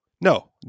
no